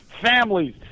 families